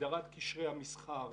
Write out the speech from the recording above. הסדרת קשרי המסחר